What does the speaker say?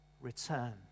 return